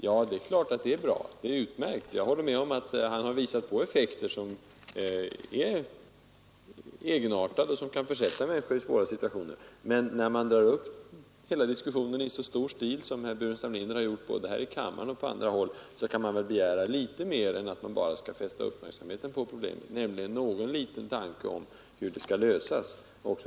Ja, det är klart att det är bra: det är utmärkt. Jag håller med honom om att han har visat på effekter som är egenartade och som kan försätta människor i svåra situationer. Men när han drar upp diskussionen i så stor stil som han har gjort, både här i kammaren och på andra håll, kan man väl begära litet mer än bara att uppmärksamheten skall fästas på problemet, nämligen åtminstone att någon liten tanke har ägnats åt hur det skall lösas.